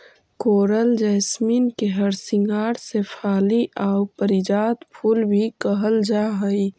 कोरल jasmine के हरसिंगार शेफाली आउ पारिजात फूल भी कहल जा हई